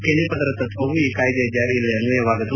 ಕೆನೆ ಪದರದ ತತ್ವವೂ ಈ ಕಾಯ್ದೆಯ ಜಾರಿಯಲ್ಲಿ ಅನ್ವಯವಾಗದು